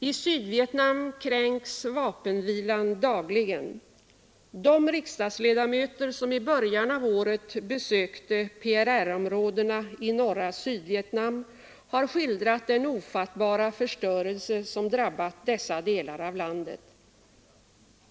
I Sydvietnam kränks vapenvilan dagligen. De riksdagsledamöter som i början av året besökte PRR-områdena i norra Sydvietnam har skildrat den ofattbara förstörelse som drabbat dessa delar av landet.